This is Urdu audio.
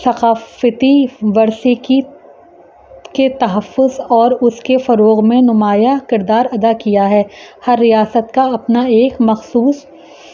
ثقافتی ورثے کی کے تحفظ اور اس کے فروغ میں نمایاں کردار ادا کیا ہے ہر ریاست کا اپنا ایک مخصوص